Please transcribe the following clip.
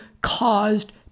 caused